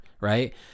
right